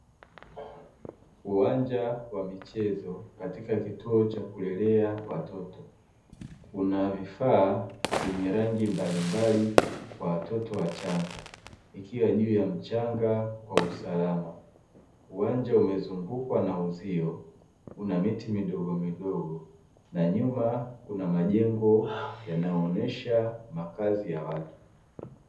Uwanja wa michezo katika kituo cha kulelea watoto; kuna vifaa vyenye rangi mbalimbali kwa watoto wachanga vikiwa juu ya mchanga kwa usalama. Uwanja umezungukwa na uzio una miti midogomidogo na nyuma kuna majengo yanayoonesha makazi ya watu.